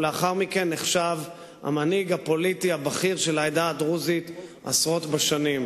ולאחר מכן נחשב המנהיג הפוליטי הבכיר של העדה הדרוזית עשרות בשנים.